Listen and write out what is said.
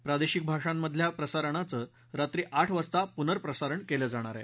प्रादेशिक भाषांमधल्या प्रसारणाचं रात्री आठ वाजता पूर्न प्रसारण केलं जाणार आहे